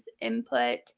input